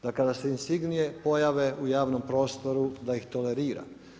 Da, kada se insignije pojave u javnom prostoru da ih tolerira.